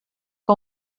que